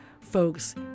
folks